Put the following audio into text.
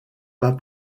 pas